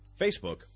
Facebook